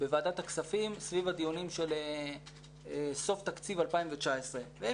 בוועדת הכספים סביב הדיונים של סוף תקציב 2019. הם